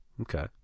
Okay